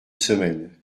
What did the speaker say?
semaine